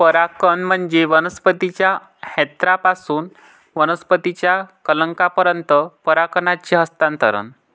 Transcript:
परागकण म्हणजे वनस्पतीच्या अँथरपासून वनस्पतीच्या कलंकापर्यंत परागकणांचे हस्तांतरण